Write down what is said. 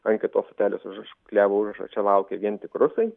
ant kitos stotelės užklijavo užrašą šia laukia vien tik rusai